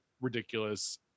ridiculous